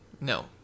No